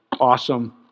Awesome